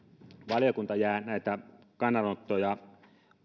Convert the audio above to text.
valiokunta jää näitä kannanottoja